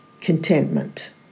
contentment